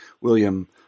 William